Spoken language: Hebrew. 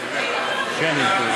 יש עוד?